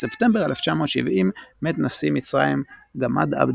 בספטמבר 1970 מת נשיא מצרים גמאל עבד